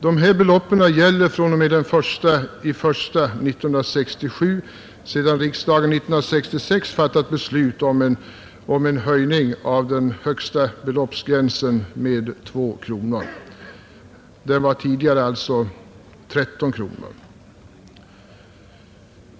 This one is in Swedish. Dessa belopp gäller fr.o.m. den 1 januari 1967 sedan riksdagen 1966 fattat beslut om en höjning av den högsta beloppsgränsen med 2 kronor. Den var tidigare alltså 13 kronor.